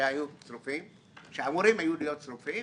שהיו אמורים להיות שרופים,